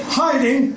hiding